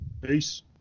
Peace